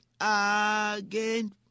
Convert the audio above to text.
again